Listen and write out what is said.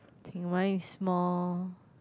is small